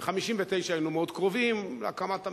ב-1959 היינו מאוד קרובים להקמת המדינה,